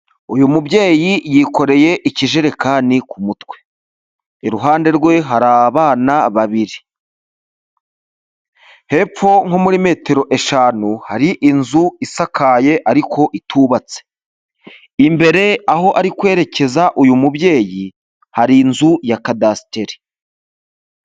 Uyu mubyeyi yikoreye ikijerekani ku mutwe. Iruhande rwe hari abana babiri. Hepfo nko muri metero eshanu hari inzu isakaye ariko itubatse. Imbere aho ari kwerekeza, uyu mubyeyi hari inzu ya kadasiteri.